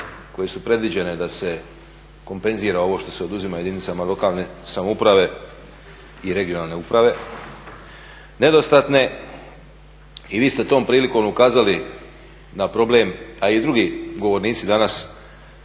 koje su predviđene da se kompenzira ovo što se oduzima jedinicama lokalne samouprave i regionalne uprave nedostatne. I vi ste tom prilikom ukazali na problem, a i drugi govornici danas,